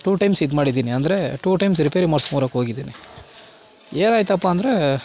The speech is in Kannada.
ಟೂ ಟೈಮ್ಸ್ ಇದು ಮಾಡಿದ್ದೀನಿ ಅಂದರೆ ಟೂ ಟೈಮ್ಸ್ ರಿಪೇರಿ ಮಾಡ್ಸ್ಕೋ ಬರೋಕ್ಕೋಗಿದಿನಿ ಏನಾಯಿತಪ್ಪ ಅಂದರೆ